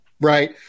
Right